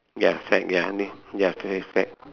ya fad ya ya f~ fad